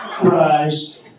Prize